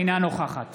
אינה נוכחת